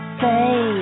say